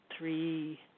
Three